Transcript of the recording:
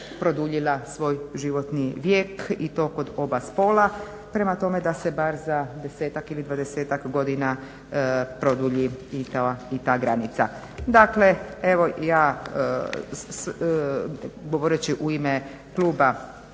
produljila svoj životni vijek i to kod oba spola. Prema tome, da se bar za desetak ili dvadesetak godina produlji i ta granica. Dakle, evo ja govoreći u kluba